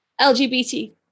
LGBT